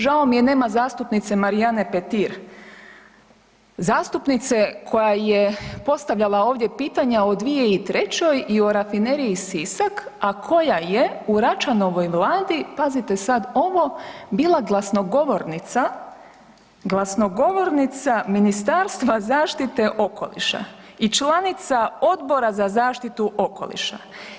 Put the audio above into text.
Žao mi nema zastupnice Marijane Petir, zastupnice koja je postavljala ovdje pitanja o 2003. i o rafineriji Sisak, a koja je u Račanovoj vladi pazite sad ovo bila glasnogovornica, glasnogovornica Ministarstva zaštite okoliša i članica Odbora za zaštitu okoliša.